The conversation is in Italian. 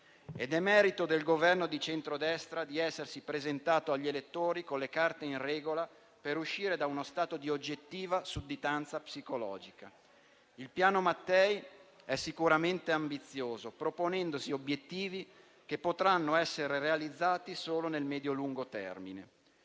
Ed è merito del Governo di centrodestra essersi presentato agli elettori con le carte in regola per uscire da uno stato di oggettiva sudditanza psicologica. Il Piano Mattei è sicuramente ambizioso, proponendosi obiettivi che potranno essere realizzati solo nel medio-lungo termine.